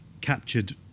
captured